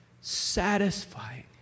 satisfying